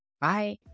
Bye